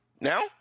Now